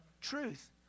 truth